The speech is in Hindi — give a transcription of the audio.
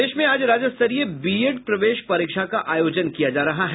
प्रदेश में आज राज्य स्तरीय बीएड प्रवेश परीक्षा का आयोजन किया जा रहा है